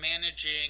managing